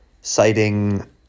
citing